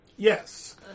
Yes